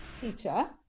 teacher